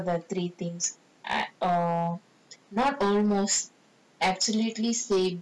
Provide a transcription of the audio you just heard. so the three things err oh not almost absolutely same